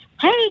Hey